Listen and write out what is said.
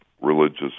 religious